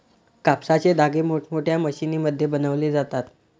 कापसाचे धागे मोठमोठ्या मशीनमध्ये बनवले जातात